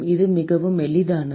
இது மிகவும் எளிதானது